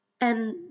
And